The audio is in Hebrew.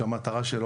שהמטרה שלו,